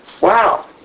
wow